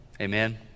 Amen